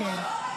היא לא פה.